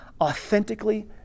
authentically